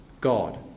God